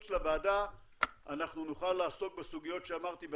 של הוועדה אנחנו נוכל לעסוק בסוגיות שאמרתי,